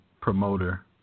promoter